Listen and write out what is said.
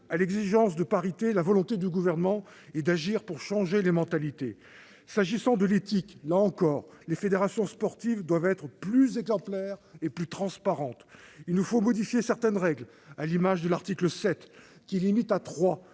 à l'exigence de parité, la volonté du Gouvernement est d'agir pour changer les mentalités. En matière d'éthique, les fédérations sportives doivent être plus exemplaires et plus transparentes. Il nous faut modifier certaines règles. C'est ainsi que l'article 7 de la